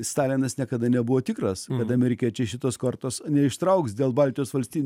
stalinas niekada nebuvo tikras kad amerikiečiai šitos kortos neištrauks dėl baltijos valsty